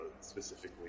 specifically